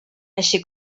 així